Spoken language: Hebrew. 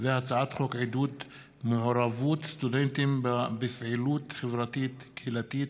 הצעת חוק עידוד מעורבות סטודנטים בפעילות חברתית-קהילתית,